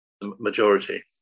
majority